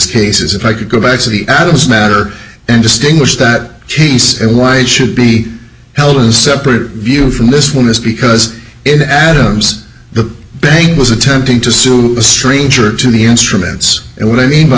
cases if i could go back to the end of this matter and distinguish that case and why it should be held in separate view from this one is because it adams the bank was attempting to sue the street or to the instruments and what i mean by